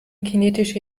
kinetische